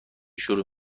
شروع